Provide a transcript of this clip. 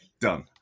done